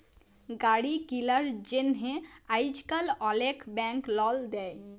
গাড়ি কিলার জ্যনহে আইজকাল অলেক ব্যাংক লল দেই